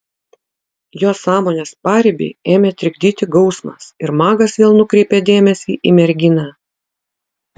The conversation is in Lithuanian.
jo sąmonės paribį ėmė trikdyti gausmas ir magas vėl nukreipė dėmesį į merginą